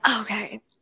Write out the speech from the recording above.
okay